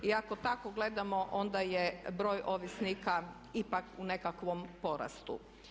I ako tako gledamo onda je broj ovisnika ipak u nekakvom porastu.